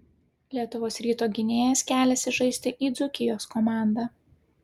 lietuvos ryto gynėjas keliasi žaisti į dzūkijos komandą